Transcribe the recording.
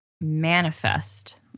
manifest